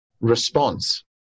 response